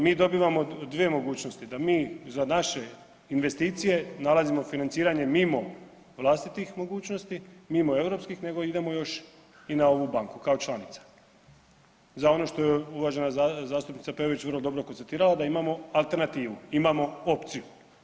Mi dobivamo dvije mogućnosti, da mi za naše investicije nalazimo financiranje mimo vlastitih mogućnosti, mimo europskih, nego idemo još i na ovu banku kao članica za ono što je uvažena zastupnica Peović vrlo dobro konstatirala da imamo alternativu, imamo opciju.